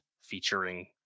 featuring